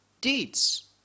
deeds